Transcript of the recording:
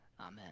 amen